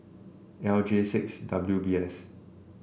L J six W B S